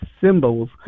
symbols